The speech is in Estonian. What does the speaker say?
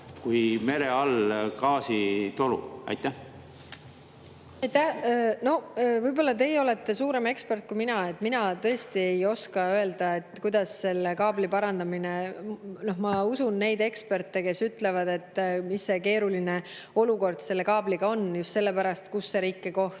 kui mere all gaasitoru." Aitäh! No võib-olla teie olete suurem ekspert kui mina. Mina tõesti ei oska öelda, et kuidas selle kaabli parandamine … Ma usun neid eksperte, kes ütlevad, mis keeruline olukord selle kaabliga on just sellepärast, kus see rikkekoht